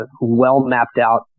well-mapped-out